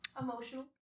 Emotional